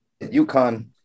UConn